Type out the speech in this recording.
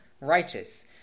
righteous